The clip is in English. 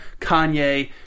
Kanye